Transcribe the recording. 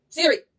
Siri